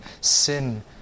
sin